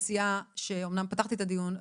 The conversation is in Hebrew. אמנם פתחתי את הדיון,